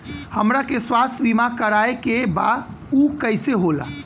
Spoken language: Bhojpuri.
हमरा के स्वास्थ्य बीमा कराए के बा उ कईसे होला?